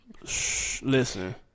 Listen